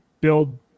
build